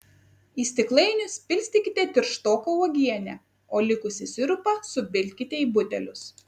į stiklainius pilstykite tirštoką uogienę o likusį sirupą supilkite į butelius